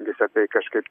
visa tai kažkaip